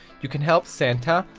you can help santa,